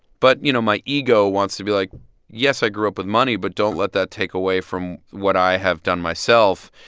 but, you know, my ego wants to be like yes i grew up with money, but don't let that take away from what i have done myself.